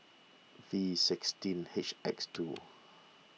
V sixteen H X two